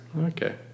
Okay